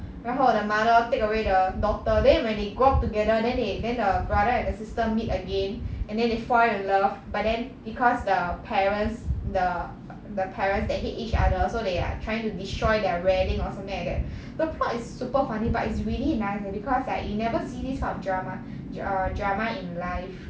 然后 the mother take away the daughter then when they grow up together then they then the brother and the sister meet again and then they fall in love but then because the parents the the parents that hate each other so they like trying to destroy their wedding or something like that the plot is super funny but it's really nice leh because like you never see this kind of drama dra~ err drama in life